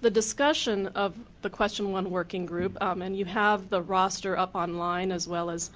the discussion of the question one working group, um and you have the roster up online as well as